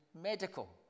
medical